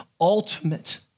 ultimate